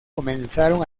comenzaron